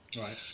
Right